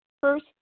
first